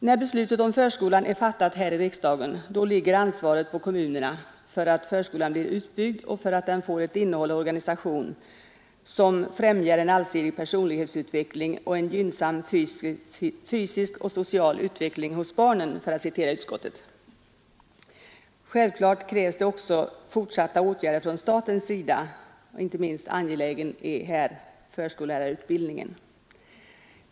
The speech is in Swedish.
När beslutet om förskolan är fattat här i riksdagen ligger ansvaret på kommunerna för att förskolan blir utbyggd och för att den får ett innehåll och en organisation som, för att citera utskottet, ”främjar en allsidig personlighetsutveckling och en gynnsam fysisk och social utveckling hos barnen”. Självklart krävs det också fortsatta åtgärder från statens sida. Inte minst angelägen är här förskollärarutbildningen.